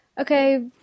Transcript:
okay